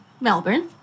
Melbourne